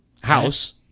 House